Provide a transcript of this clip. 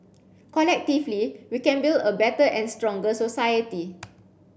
collectively we can build a better and stronger society